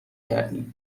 کردی